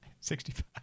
Sixty-five